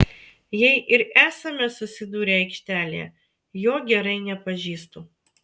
jei ir esame susidūrę aikštelėje jo gerai nepažįstu